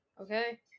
okay